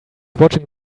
watching